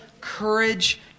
courage